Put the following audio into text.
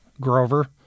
Grover